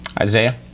isaiah